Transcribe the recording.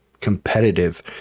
competitive